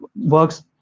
works